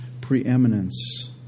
preeminence